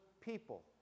people